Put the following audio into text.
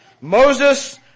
Moses